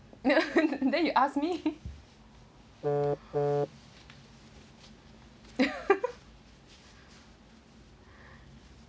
then you ask me